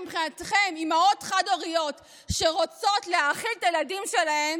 שמבחינתכם אימהות חד-הוריות שרוצות להאכיל את הילדים שלהן